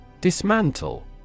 Dismantle